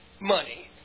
money